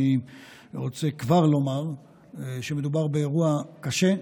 אני רוצה כבר לומר שמדובר באירוע קשה,